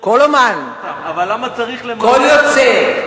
כל אמן, אבל למה צריך, כל יוצר,